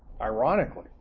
Ironically